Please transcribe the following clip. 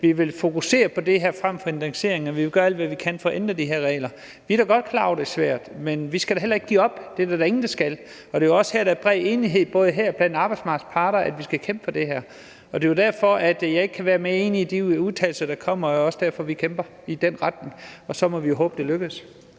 vi vil fokusere på det frem for indeksering og vi vil gøre alt, hvad vi kan, for at ændre de her regler. Vi er godt klar over, at det er svært, men vi skal da ikke give op. Det er der da ingen der skal. Og der er jo bred enighed, både her og blandt arbejdsmarkedets parter, om, at vi skal kæmpe for det her. Det er jo derfor, at jeg ikke kan være mere enig i de udtalelser, der kommer, og det er også derfor, vi kæmper i den retning, og så må vi håbe det lykkes.